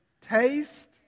Taste